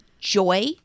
joy